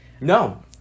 no